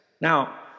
now